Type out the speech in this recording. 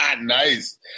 Nice